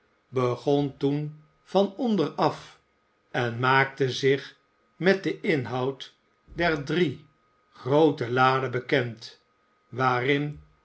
begon toen van onder af en maakte zich met den inhoud der drie groote laden bekend waarin